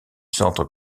centre